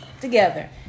together